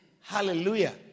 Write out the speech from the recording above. Hallelujah